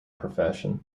profession